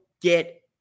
get